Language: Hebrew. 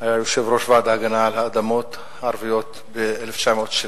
היה יושב-ראש ועד ההגנה על האדמות הערביות ב-1976,